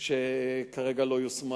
שכרגע לא יושם.